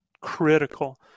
critical